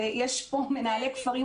יש פה מנהלי כפרים,